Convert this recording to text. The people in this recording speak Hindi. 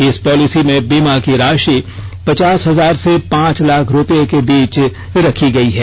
इस पॉलिसी में बीमा की राशि पचास हजार से पांच लाख रूपये के बीच रखी गई है